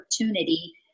opportunity